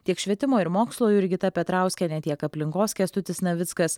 tiek švietimo ir mokslo jurgita petrauskienė tiek aplinkos kęstutis navickas